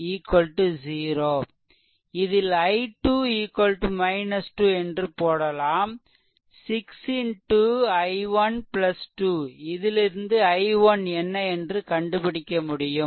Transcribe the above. இதில் i2 2 என்று போடலாம் 6 xi1 2 இதிலிருந்து i1 என்ன என்று கண்டுபிடிக்க முடியும்